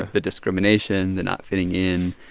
the discrimination, the not fitting in.